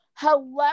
hello